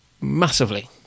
massively